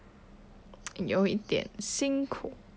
有一点辛苦